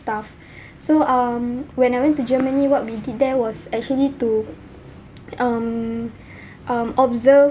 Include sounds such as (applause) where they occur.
stuff (breath) so um when I went to germany what we did there was actually to um (breath) um observe